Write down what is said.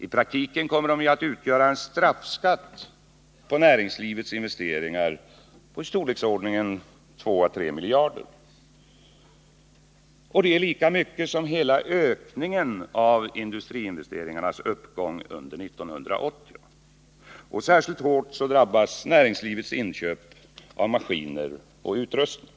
I praktiken kommer de ju att utgöra en straffskatt på näringslivets investeringar av storleksordningen 2-3 miljarder kronor, eller lika mycket som hela ökningen av industriinvesteringarnas uppgång under 1980. Särskilt hårt drabbas näringslivets inköp av maskiner och utrustning.